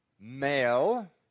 male